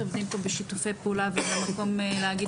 עובדים פה בשיתופי פעולה וזה מקום להגיד